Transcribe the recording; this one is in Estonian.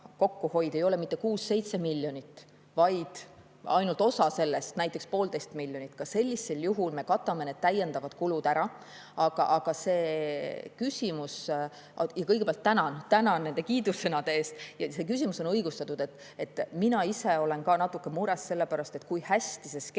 kokkuhoid ei ole mitte 6–7 miljonit, vaid ainult osa sellest, näiteks poolteist miljonit, siis ka sellisel juhul me katame need täiendavad kulud ära. Aga see küsimus – ma ka tänan nende kiidusõnade eest –, see küsimus on õigustatud. Mina ise olen ka natuke mures, kui hästi see skeem